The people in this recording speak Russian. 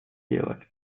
делать